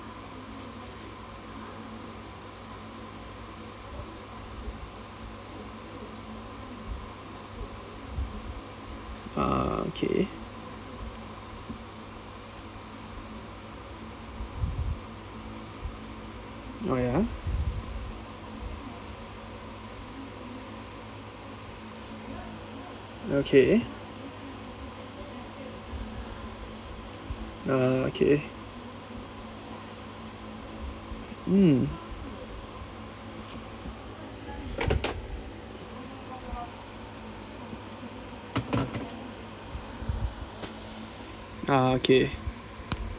ah okay oh ya okay uh okay um ah okay